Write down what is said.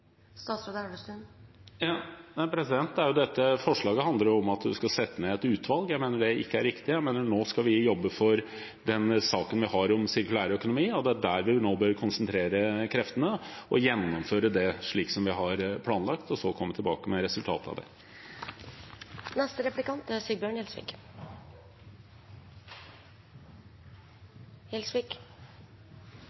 det ikke er riktig. Jeg mener at vi nå skal jobbe for den saken vi har om sirkulær økonomi, og det er der vi nå bør konsentrere kreftene, gjennomføre det slik som vi har planlagt, og så komme tilbake med resultatet av det.